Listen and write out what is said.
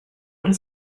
does